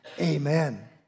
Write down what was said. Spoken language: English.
Amen